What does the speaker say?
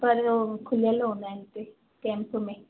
पर खुलियल हूंदा आहिनि हिते कैंप में